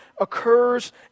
occurs